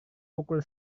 pukul